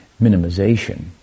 minimization